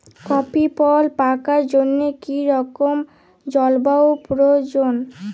Coffee ফল পাকার জন্য কী রকম জলবায়ু প্রয়োজন?